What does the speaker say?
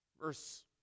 verse